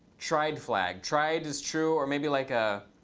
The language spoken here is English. tried flag, tried is true, or maybe like a